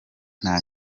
nta